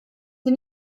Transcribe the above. sie